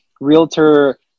realtor